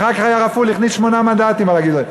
אחר כך רפול, הכניס שמונה מנדטים על זה.